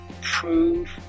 prove